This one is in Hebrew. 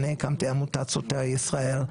אני הקמתי עמותת סוטריה ישראל,